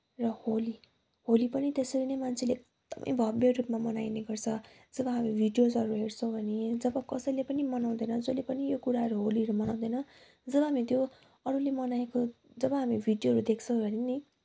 र होली होली पनि त्यसरी नै मान्छेले एकदमै भव्य रूपमा मनाउने गर्छन् जब हामी भिडियोसहरू हेर्छौँ हामी जब कसैले पनि मनाउँदैनन् जसले पनि यो कुराहरू होलीहरू मनाउँदैनन् जब हामीले त्यो अरूले मनाएको जब हामी भिडियोहरू देख्छौँ भने नि